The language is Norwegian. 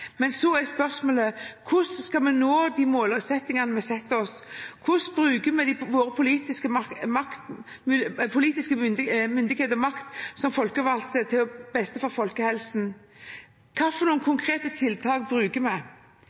Men så er spørsmålet: Hvordan skal vi nå de målsettingene vi setter oss? Hvordan bruker vi vår politiske myndighet og makt som folkevalgte til beste for folkehelsen? Hvilke konkrete tiltak bruker vi?